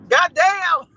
Goddamn